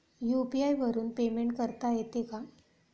UPI वरून payment करता येते का?